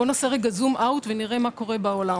בואו נעשה לרגע זום-אאוט ונראה מה קורה בעולם